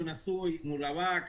רווק,